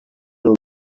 moon